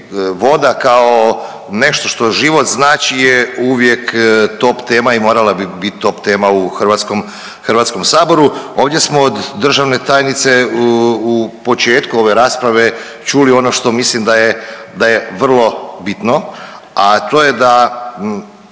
voda kao nešto što život znati je uvijek top tema i morala bi bit top tema u HS-u. Ovdje smo od državne tajnice u početku ove rasprave čuli ono što je mislim da je vrlo bitno, a to je da